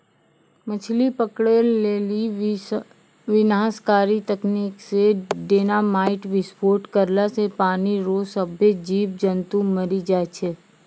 मछली पकड़ै लेली विनाशकारी तकनीकी से डेनामाईट विस्फोट करला से पानी रो सभ्भे जीब जन्तु मरी जाय छै